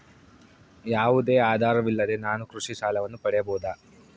ಯಾವುದೇ ಆಧಾರವಿಲ್ಲದೆ ನಾನು ಕೃಷಿ ಸಾಲವನ್ನು ಪಡೆಯಬಹುದಾ?